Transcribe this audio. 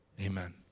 Amen